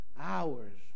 hours